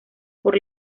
por